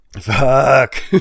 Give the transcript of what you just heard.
Fuck